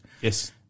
Yes